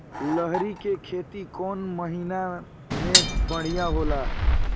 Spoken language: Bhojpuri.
लहरी के खेती कौन महीना में बढ़िया होला?